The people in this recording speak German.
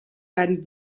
beiden